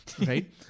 right